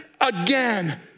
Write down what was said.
again